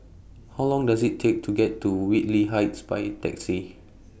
How Long Does IT Take to get to Whitley Heights By Taxi